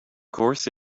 course